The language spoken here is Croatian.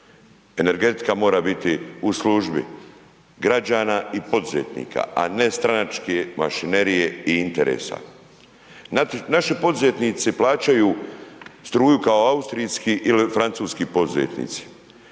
Energetika mora biti u službi građana i poduzetnika a ne stranačke mašinerije i interesa. Naši poduzetnici plaćaju struju kao austrijski ili francuski poduzetnici.